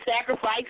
sacrifice